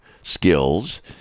skills